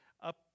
up